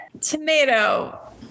Tomato